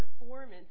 performance